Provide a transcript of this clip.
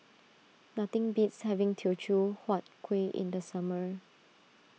nothing beats having Teochew Huat Kuih in the summer